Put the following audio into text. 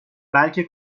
بلکه